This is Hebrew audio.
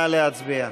נא להצביע.